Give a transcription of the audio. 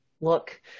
look